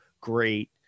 great